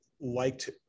liked